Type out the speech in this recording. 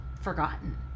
forgotten